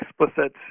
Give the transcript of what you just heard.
explicit